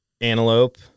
antelope